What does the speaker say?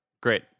Great